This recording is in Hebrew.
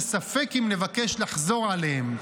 שספק אם נבקש לחזור עליהם.